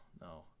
no